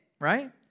right